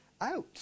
out